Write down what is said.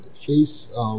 face